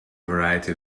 variety